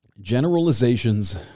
generalizations